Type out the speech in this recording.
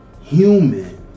Human